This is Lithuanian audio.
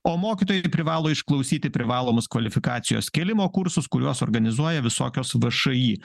o mokytojai privalo išklausyti privalomus kvalifikacijos kėlimo kursus kuriuos organizuoja visokios všį